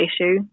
issue